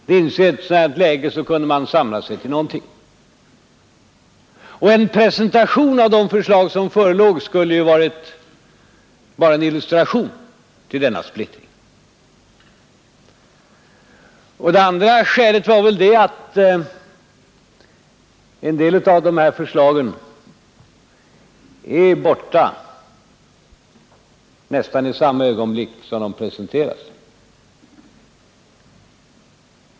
Inte ens i ett sådant här läge kunde man samla sig, och en presentation av de förslag som föreligger skulle bara bli en illustration till denna splittring. Ett annat skäl till att denna presentation uteblev är väl att en del av dessa förslag är borta nästan i samma ögonblick som de presenteras.